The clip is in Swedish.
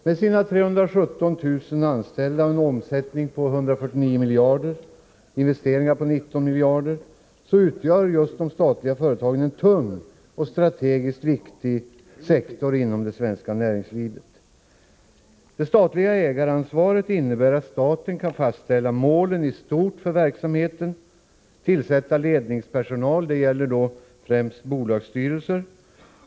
Med sina 317 000 anställda, en omsättning på 149 miljarder och investeringar på nära 19 miljarder utgör de statliga företagen en stor och strategiskt viktig sektor inom det svenska näringslivet. Det statliga ägaransvaret innebär att staten kan fastställa målen i stort för verksamheten och tillsätta ledningspersonal — det gäller då främst bolagsstyrelse.